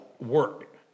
work